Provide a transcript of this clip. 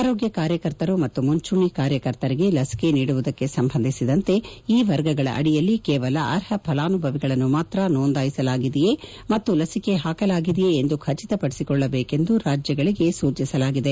ಆರೋಗ್ಯ ಕಾರ್ಯಕರ್ತರು ಮತ್ತು ಮುಂಚೂಣಿ ಕಾರ್ಯಕರ್ತರಿಗೆ ಲಸಿಕೆ ನೀಡುವುದಕ್ಕೆ ಸಂಬಂಧಿಸಿದಂತೆ ಈ ವರ್ಗಗಳ ಅಡಿಯಲ್ಲಿ ಕೇವಲ ಅರ್ಹ ಫಲಾನುಭವಿಗಳನ್ನು ಮಾತ್ರ ನೋಂದಾಯಿಸಲಾಗಿದೆಯೇ ಮತ್ತು ಲಸಿಕೆ ಹಾಕಲಾಗಿದೆಯೆ ಎಂದು ಖಚಿತಪಡಿಸಿಕೊಳ್ಳಬೇಕೆಂದು ರಾಜ್ಯಗಳಿಗೆ ಸೂಚಿಸಲಾಗಿದೆ